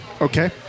Okay